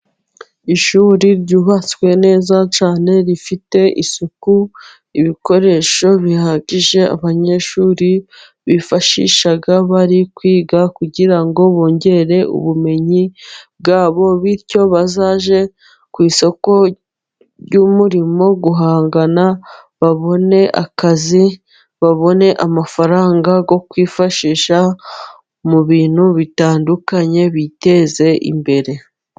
Ishuri ryubatswe neza cyane， rifite isuku， ibikoresho bihagije， abanyeshuri bifashisha bari kwiga kugira ngo bongere ubumenyi bwabo， bityo bazage ku isoko ry'umurimo guhangana， babone akazi， babone amafaranga， yo kwifashisha mu bintu bitandukanye，biteze imbere.